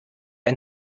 ein